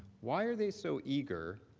why are they so eager?